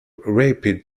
rapid